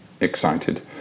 excited